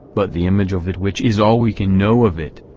but the image of it which is all we can know of it.